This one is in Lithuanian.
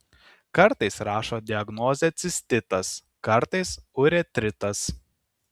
kartais rašo diagnozę cistitas kartais uretritas